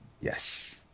Yes